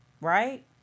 right